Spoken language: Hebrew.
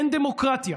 אין דמוקרטיה,